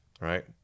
right